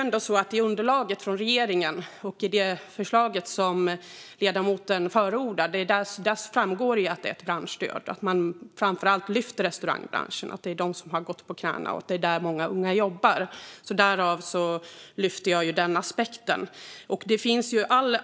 I underlaget från regeringen och i det förslag som ledamoten förordar framgår det att detta är ett branschstöd. Man lyfter framför allt fram restaurangbranschen och att det är den som har gått på knäna. Och det är där som många unga jobbar. Därför lyfter jag fram den aspekten.